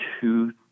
two